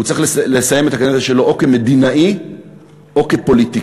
הוא צריך לסיים את הקדנציה שלו או כמדינאי או כפוליטיקאי,